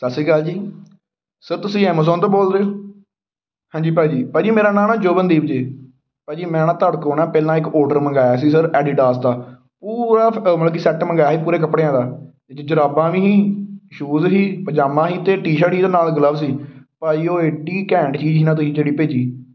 ਸਤਿ ਸ਼੍ਰੀ ਅਕਾਲ ਜੀ ਸਰ ਤੁਸੀਂ ਐਮਾਜ਼ੋਨ ਤੋਂ ਬੋਲ ਰਹੇ ਹੋ ਹਾਂਜੀ ਭਾਅ ਜੀ ਭਾਅ ਜੀ ਮੇਰਾ ਨਾਂ ਨਾ ਜੋਬਨਦੀਪ ਜੀ ਭਾਅ ਜੀ ਮੈਂ ਨਾ ਤੁਹਾਡੇ ਤੋਂ ਨਾ ਪਹਿਲਾਂ ਇੱਕ ਔਰਡਰ ਮੰਗਵਾਇਆ ਸੀ ਸਰ ਐਡੀਦਾਸ ਦਾ ਪੂਰਾ ਫ ਮਤਲਬ ਕਿ ਸੈੱਟ ਮੰਗਵਾਇਆ ਸੀ ਪੂਰੇ ਕੱਪੜਿਆਂ ਦਾ ਇਹ 'ਚ ਜੁਰਾਬਾਂ ਵੀ ਸੀ ਸ਼ੂਜ਼ ਸੀ ਪਜਾਮਾ ਸੀ ਅਤੇ ਟੀ ਸ਼ਰਟ ਸੀ ਉਹਦੇ ਨਾਲ਼ ਗਲਵਸ ਸੀ ਭਾਅ ਜੀ ਉਹ ਐਡੀ ਘੈਂਟ ਚੀਜ਼ ਸੀ ਨਾ ਤੁਸੀਂ ਜਿਹੜੀ ਭੇਜੀ